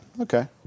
okay